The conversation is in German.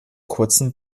kurzen